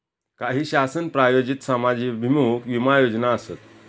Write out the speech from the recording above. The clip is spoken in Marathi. काही शासन प्रायोजित समाजाभिमुख विमा योजना आसत